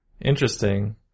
Interesting